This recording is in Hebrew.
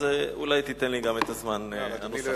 אז אולי תיתן לי גם את הזמן הנוסף.